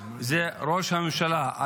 זה ראש הממשלה.